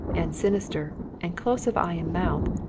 and sinister, and close of eye and mouth,